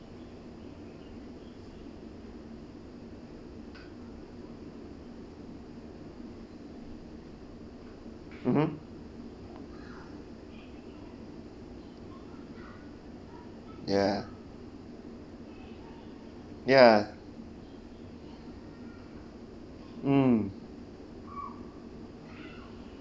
mmhmm ya ya mm